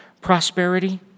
prosperity